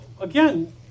again